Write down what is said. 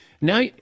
Now